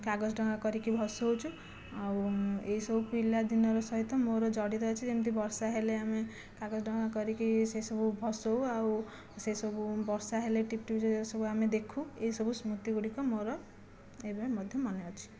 କାଗଜ ଡଙ୍ଗା କରିକି ଭସାଉଛୁ ଆଉ ଏହିସବୁ ପିଲାଦିନର ସହିତ ମୋର ଜଡ଼ିତ ଅଛି ଯେମିତି ବର୍ଷା ହେଲେ ଆମେ କାଗଜ ଡଙ୍ଗା କରିକି ସେସବୁ ଭସାଉ ଆଉ ସେସବୁ ବର୍ଷା ହେଲେ ଟିପ୍ଟିପ୍ ଯେଉଁଗୁଡ଼ିକ ସବୁ ଆମେ ଦେଖୁ ଏହିସବୁ ସ୍ମୁତିଗୁଡ଼ିକ ମୋର ଏବେ ମଧ୍ୟ ମନେ ଅଛି